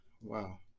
Wow